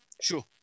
Sure